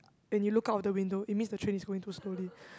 when you look out of the window it means the train is going too slowly